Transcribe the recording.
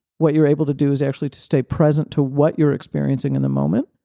what you're able to do is actually to stay present to what you're experiencing in the moment,